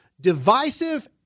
divisive